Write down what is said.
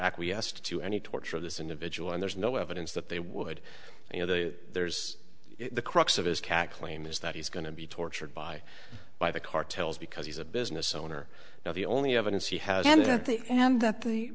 acquiesced to any torture of this individual and there's no evidence that they would you know the there's the crux of his cat claim is that he's going to be tortured by by the cartels because he's a business owner now the only evidence he has and at the and that the